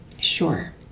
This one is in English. Sure